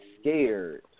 scared